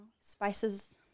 spices